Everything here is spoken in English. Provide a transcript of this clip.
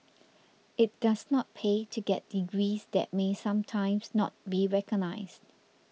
it does not pay to get degrees that may sometimes not be recognised